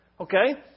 okay